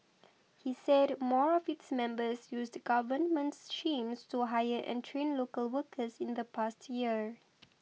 he said more of its members used government to hire and train local workers in the past year